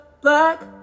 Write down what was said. black